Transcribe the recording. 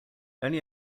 only